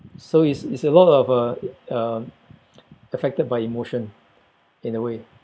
so it's it's a lot of uh uh affected by emotion in a way